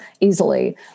easily